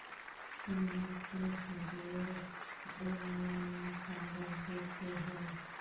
ती मौक तीस जीएसएम वाला काग़ज़ दे ते हैय्